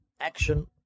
action